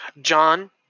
John